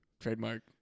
Trademark